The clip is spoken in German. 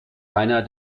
einer